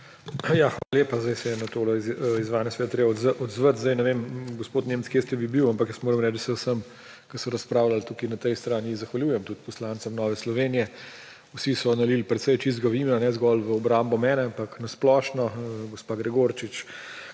Hvala lepa. Zdaj se je na to izvajanje seveda treba odzvati. Ne vem, gospod Nemec, kjer ste vi bili, ampak jaz moram reči, da sem vsem, ki so razpravljali tukaj, na tej strani, zahvaljujem, tudi poslancem Nove Slovenije. Vsi so nalili precej čistega vina, ne zgolj v obrambo mene, ampak na splošno, gospa Gregorčič,